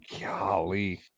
Golly